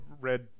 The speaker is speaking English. red